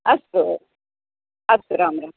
अस्तु अस्तु राम् राम्